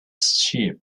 sheep